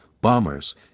bombers